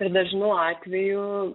ir dažnu atveju